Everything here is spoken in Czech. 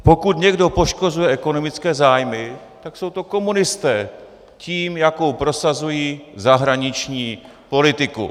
Pokud někdo poškozuje ekonomické zájmy, tak jsou to komunisté tím, jakou prosazují zahraniční politiku.